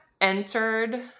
entered